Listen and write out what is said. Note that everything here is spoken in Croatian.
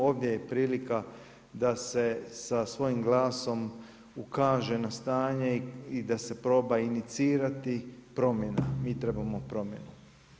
Ovdje je prilika da se sa svojim glasom ukaže na stanje i da se proba inicirati promjena, mi trebamo promjenu.